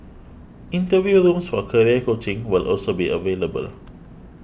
interview rooms for career coaching will also be available